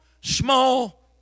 small